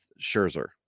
Scherzer